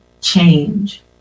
change